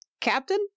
Captain